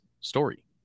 story